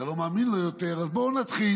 אתה לא מאמין לו יותר" אז בואו נתחיל.